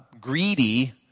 greedy